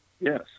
Yes